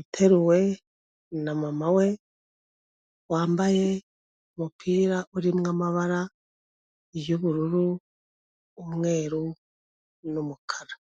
uteruwe na mama we, wambaye umupira urimo amabara y'ubururu, umweru n'umukara.